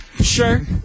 Sure